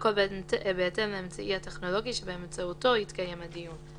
והכל בהתאם לאמצעי הטכנולוגי שבאמצעותו יתקיים הדיון".